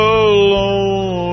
alone